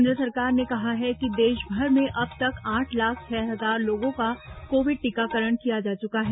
केन्द्र सरकार ने कहा है कि देश भर में अब तक आठ लाख छह हजार लोगों का कोविड टीकाकरण किया जा चुका है